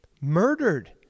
murdered